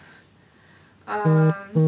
uh